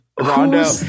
Rondo